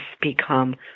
become